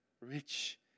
rich